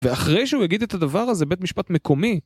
ואחרי שהוא יגיד את הדבר הזה בית משפט מקומי?